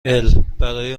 البرای